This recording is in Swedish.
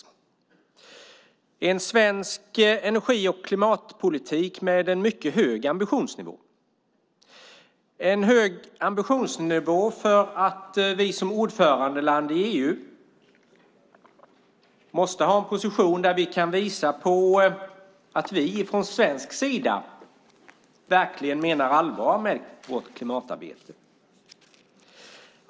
Det är en svensk energi och klimatpolitik med en mycket hög ambitionsnivå, en hög ambitionsnivå för att vi som ordförandeland i EU måste ha en position som visar att vi från svensk sida verkligen menar allvar med vårt klimatarbete.